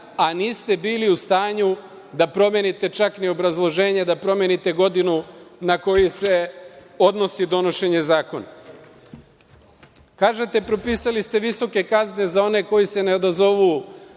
a niste bili u stanju da promenite čak ni obrazloženje, da promenite godinu na koju se odnosi donošenje zakona. Kažete, propisali ste visoke kazne za one koji se ne odazovu